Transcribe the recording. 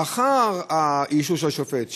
לאחר האישור של השופט,